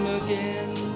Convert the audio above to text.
again